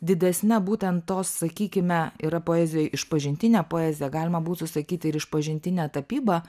didesne būten tos sakykime yra poezijoj išpažintinė poezija galima būtų sakyti ir išpažintinė tapyba